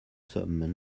sommes